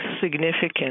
significant